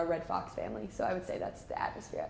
a red fox family so i would say that's the atmosphere